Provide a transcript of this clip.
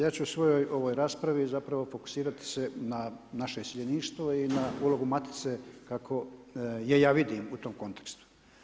Ja ću u svojoj ovoj raspravi zapravo fokusirati se na naše iseljeništvo i na ulogu Matice kako je ja vidim u tom kontekstu.